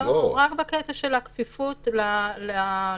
לא, רק בקטע של הכפיפות לממונה.